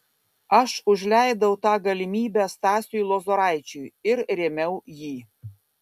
aš užleidau tą galimybę stasiui lozoraičiui ir rėmiau jį